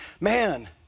man